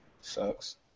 sucks